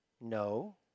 No